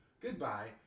goodbye